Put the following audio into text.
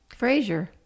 Frasier